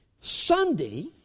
Sunday